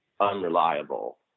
unreliable